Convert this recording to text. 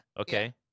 Okay